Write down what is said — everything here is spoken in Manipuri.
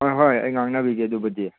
ꯍꯣꯏ ꯍꯣꯏ ꯑꯩ ꯉꯥꯡꯅꯕꯤꯒꯦ ꯑꯗꯨꯕꯨꯗꯤ